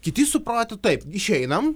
kiti suprato taip išeinam